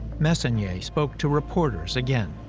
messonnier spoke to reporters again.